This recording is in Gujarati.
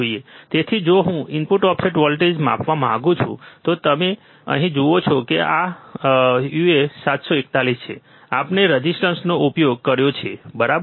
તેથી જો હું ઇનપુટ ઓફસેટ વોલ્ટેજ માપવા માંગુ છું તો હવે તમે અહીં જુઓ છો કે આ uA741 છે આપણે રેઝિસ્ટરનો ઉપયોગ કર્યો છે બરાબર